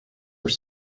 were